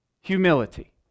humility